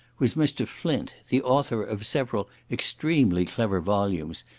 was mr. flint, the author of several extremely clever volumes,